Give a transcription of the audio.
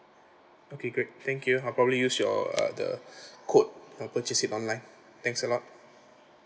okay great thank you I probably use your uh the code to purchase it online thanks a lot